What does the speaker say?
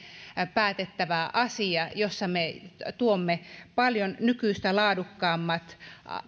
päätettävä asia on se että me tuomme paljon nykyistä laadukkaammat